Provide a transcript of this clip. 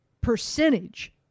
percentage